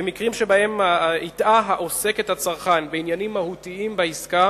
במקרים שבהם הטעה העוסק את הצרכן בעניינים מהותיים בעסקה